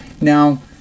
Now